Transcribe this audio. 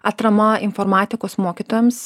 atrama informatikos mokytojams